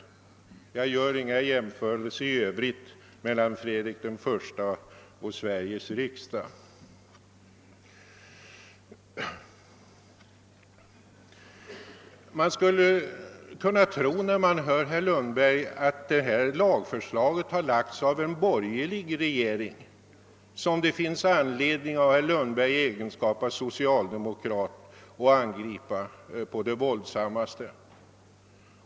Jag avstår ifrån att göra några jämförelser i Övrigt mellan Fredrik I och Sveriges riksdag. Man skulle kunna tro, när man hör herr Lundberg, att detta lagförslag har framlagts av en borgerlig regering, som det finns anledning för herr Lundberg att i egenskap av socialdemokrat angripa på det våldsammaste.